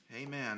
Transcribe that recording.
Amen